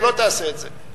היא לא תעשה את זה.